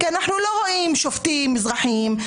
כי אנחנו לא רואים שופטים מזרחים,